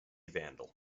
vandal